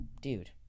dude